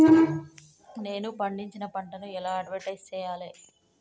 నేను పండించిన పంటను ఎలా అడ్వటైస్ చెయ్యాలే?